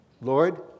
Lord